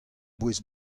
bouez